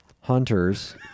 Hunters